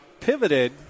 Pivoted